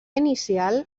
inicial